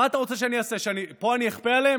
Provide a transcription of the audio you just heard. מה אתה רוצה שאני אעשה, שאני אכפה עליהם?